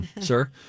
sir